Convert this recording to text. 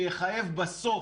זה יחייב בסוף,